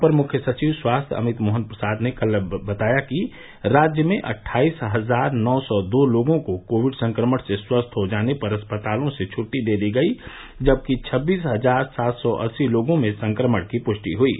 अपर मुख्य सचिव स्वास्थ्य अमित मोहन प्रसाद ने कल बताया कि राज्य में अट्ठाईस हजार नौ सौ दो लोगों को कोविड संक्रमण से स्वस्थ हो जाने पर अस्पतालों से छुट्टी दे दी गयी जबकि छब्बीस हजार सात सौ अस्सी लोगों में संक्रमण की पुष्टि हुयी